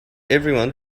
everyone